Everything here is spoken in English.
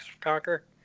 Conquer